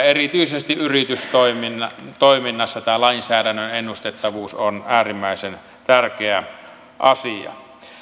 erityisesti yritystoiminnassa tämä lainsäädännön ennustettavuus on äärimmäisen tärkeä asia